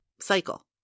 cycle